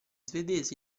svedese